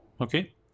okay